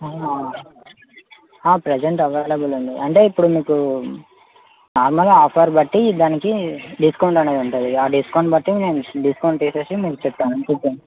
అవునా present available ఉంది అంటే ఇప్పుడు మీకు నార్మల్గా ఆఫర్ బట్టి దానికి డిస్కౌంట్ అనేది ఉంటుంది ఇగ ఆ డిస్కౌంట్ బట్టి మేము డిస్కౌంట్ తీసివేసి మీకు చెప్తాం ఎంత ఉంటుంది అని